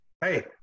hey